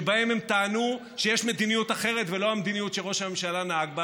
שבהם הם טענו שיש מדיניות אחרת ולא המדיניות של ראש הממשלה נהג בה.